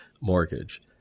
mortgage